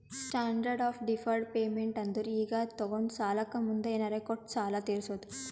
standard of deferred payment ಅಂದುರ್ ಈಗ ತೊಗೊಂಡ ಸಾಲಕ್ಕ ಮುಂದ್ ಏನರೇ ಕೊಟ್ಟು ಸಾಲ ತೀರ್ಸೋದು